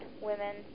women